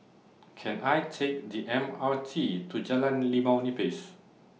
Can I Take The M R T to Jalan Limau Nipis